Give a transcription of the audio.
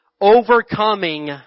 overcoming